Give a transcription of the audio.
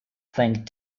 think